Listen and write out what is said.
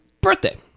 birthday